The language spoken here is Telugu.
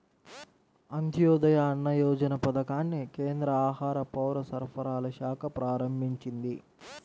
అంత్యోదయ అన్న యోజన పథకాన్ని కేంద్ర ఆహార, పౌరసరఫరాల శాఖ ప్రారంభించింది